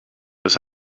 das